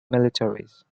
militaries